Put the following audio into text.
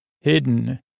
hidden